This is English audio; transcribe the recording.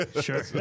sure